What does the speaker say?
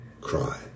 cry